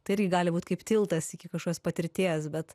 tai irgi gali būt kaip tiltas iki kažkokios patirties bet